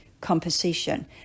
composition